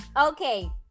okay